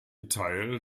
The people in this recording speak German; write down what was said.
teil